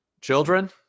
Children